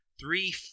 three